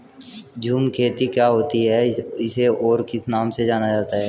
झूम खेती क्या होती है इसे और किस नाम से जाना जाता है?